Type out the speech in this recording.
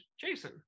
jason